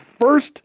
first